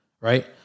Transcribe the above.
Right